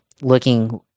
looking